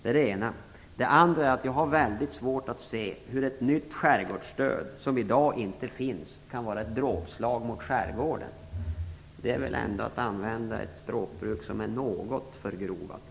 För det andra: Jag har väldigt svårt att se hur ett nytt skärgårdsstöd, som i dag inte finns, kan vara ett dråpslag mot skärgården. Det är väl ändå att använda ett språkbruk som är något förgrovat.